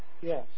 Yes